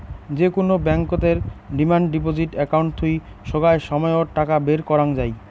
যে কুনো ব্যাংকতের ডিমান্ড ডিপজিট একাউন্ট থুই সোগায় সময়ত টাকা বের করাঙ যাই